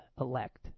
elect